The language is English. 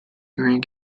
rank